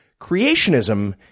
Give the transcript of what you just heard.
Creationism